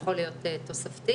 יכול להיות תוספתי